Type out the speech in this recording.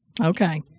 Okay